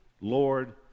lord